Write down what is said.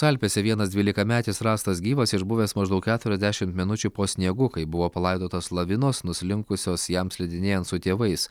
alpėse vienas dvylikametis rastas gyvas išbuvęs maždaug keturiasdešimt minučių po sniegu kai buvo palaidotas lavinos nuslinkusios jam slidinėjant su tėvais